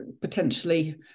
potentially